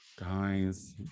guys